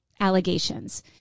allegations